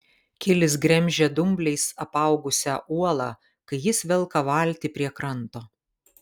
kilis gremžia dumbliais apaugusią uolą kai jis velka valtį prie kranto